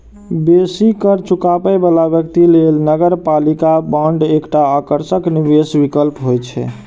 बेसी कर चुकाबै बला व्यक्ति लेल नगरपालिका बांड एकटा आकर्षक निवेश विकल्प होइ छै